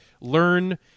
learn